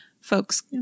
folks